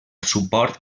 suport